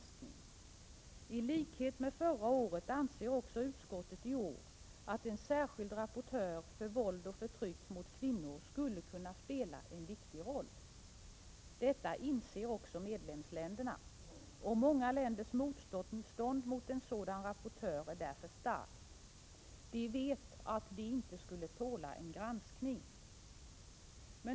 Utskottet anser i likhet med förra året också i år att en särskild rapportör för våld och förtryck mot kvinnor skulle kunna spela en viktig roll. Detta inser också medlemsländerna, och många länders motstånd mot en sådan rapportör är därför starkt. De vet att de inte skulle tåla en granskning.